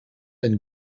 ein